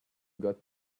got